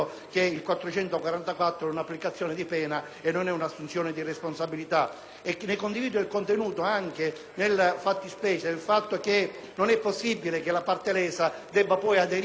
Ne condivido il contenuto anche per il fatto che non è possibile che la parte lesa debba poi aderire e fare una causa civile per avere riconosciuto il danno. Questo è il motivo per il quale, al di là